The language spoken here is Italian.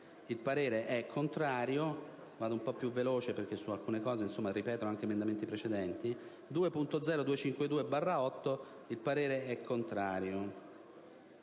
il parere è contrario.